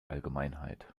allgemeinheit